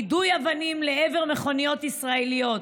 יידוי אבנים לעבר מכוניות ישראליות.